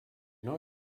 know